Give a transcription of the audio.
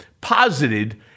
posited